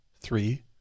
three